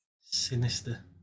Sinister